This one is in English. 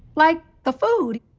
like the food?